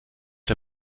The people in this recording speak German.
der